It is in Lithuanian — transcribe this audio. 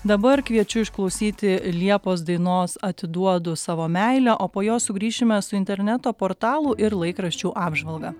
dabar kviečiu išklausyti liepos dainos atiduodu savo meilę o po jos sugrįšime su interneto portalų ir laikraščių apžvalga